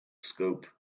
scope